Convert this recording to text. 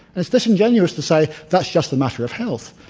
it's disingenuous to say, that's just a matter of health.